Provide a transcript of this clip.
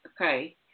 okay